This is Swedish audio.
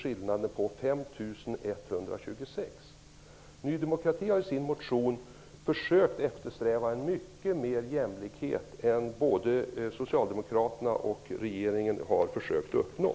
I Ny demokrati har i sin motion eftersträvat mycket mer av jämlikhet än vad både socialdemokraterna och regeringen har försökt uppnå.